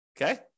Okay